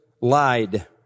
lied